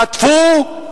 חטפו,